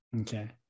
okay